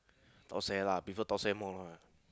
thosai lah I prefer thosai more lah